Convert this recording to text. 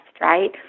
right